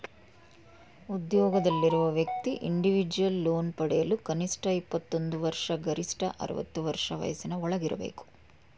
ಉದ್ಯೋಗದಲ್ಲಿರುವ ವ್ಯಕ್ತಿ individual loan ಪಡೆಯಲು ಕನಿಷ್ಠ ಇಪ್ಪತ್ತೊಂದು ವರ್ಷ ಗರಿಷ್ಠ ಅರವತ್ತು ವರ್ಷ ವಯಸ್ಸಿನ ಒಳಗಿರಬೇಕು